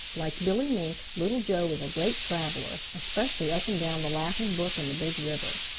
like billy mink, little joe is a great traveler, especially up and down the laughing brook and the big river.